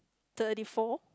thirty four